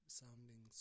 sounding